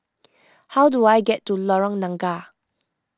how do I get to Lorong Nangka